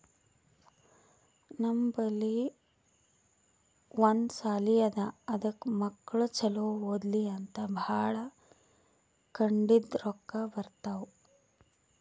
ನಮ್ ಬಲ್ಲಿ ಒಂದ್ ಸಾಲಿ ಅದಾ ಅದಕ್ ಮಕ್ಕುಳ್ ಛಲೋ ಓದ್ಲಿ ಅಂತ್ ಭಾಳ ಕಡಿಂದ್ ರೊಕ್ಕಾ ಬರ್ತಾವ್